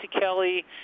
Kelly